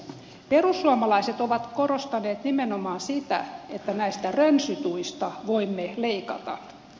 perussuomalaiset ovat korostaneet nimenomaan sitä että näistä rönsytuista voimme leikata